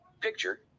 Picture